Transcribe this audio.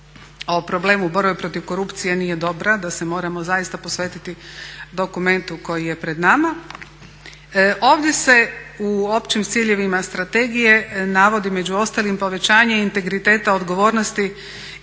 o problemu borbe protiv korupcije nije dobra, da se moramo zaista posvetiti dokumentu koji je pred nama. Ovdje se u općim ciljevima strategije navodi među ostalim povećanje integriteta, odgovornosti